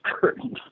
curtain